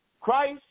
Christ